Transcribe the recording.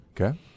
Okay